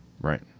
right